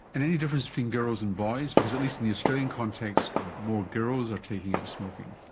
and any difference between girls and boys, because at least in the australian context more girls are taking up smoking.